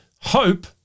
hope